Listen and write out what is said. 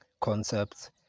concepts